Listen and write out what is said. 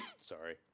Sorry